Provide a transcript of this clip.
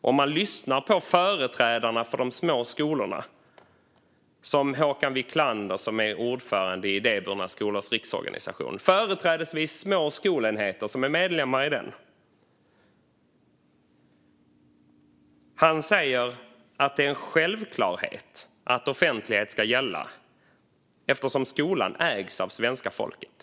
Man kan lyssna på företrädare för de små skolorna, som Håkan Wiclander som är ordförande i Idéburna Skolors Riksförbund, med företrädesvis små skolenheter som medlemmar. Han säger att det är en självklarhet att offentlighet ska gälla eftersom skolan ägs av svenska folket.